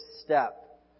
step